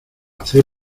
hacer